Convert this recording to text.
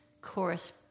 chorus